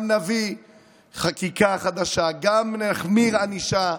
גם נביא חקיקה חדשה, גם נחמיר ענישה,